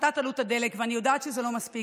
הפחתת עלות הדלק, ואני יודעת שזה לא מספיק.